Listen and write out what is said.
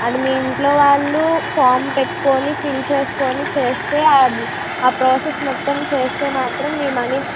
అది మీ ఇంట్లోవాళ్ళు ఫార్మ్ పెట్టుకుని ఫిల్ చేసుకుని చేస్తే అది ఆ ప్రాసెస్ మొత్తం చేస్తే మాత్రం మీ మనీ